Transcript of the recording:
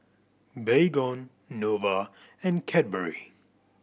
Baygon Nova and Cadbury